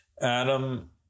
Adam